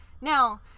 now